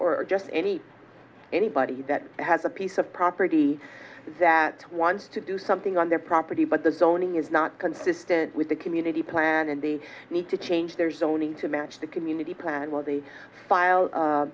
have just any anybody that has a piece of property that wants to do something on their property but the zoning is not consistent with the community plan and they need to change their zoning to match the community plan was a file